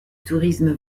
tourisme